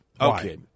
Okay